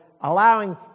allowing